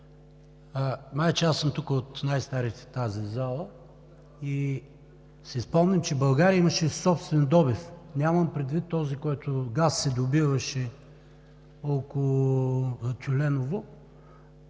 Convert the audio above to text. май че аз съм тук от най-старите в тази зала, спомням си, че България имаше собствен добив. Нямам предвид този, който се добиваше около Тюленово.